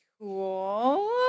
cool